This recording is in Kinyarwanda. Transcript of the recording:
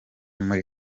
muri